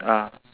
ah